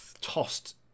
tossed